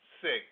six